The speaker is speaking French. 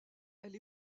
elle